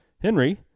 Henry